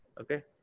okay